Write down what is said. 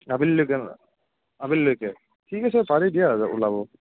আবেলি লৈকে আবেলিলৈকে ঠিক আছে পাৰি দিয়া ওলাব